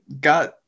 got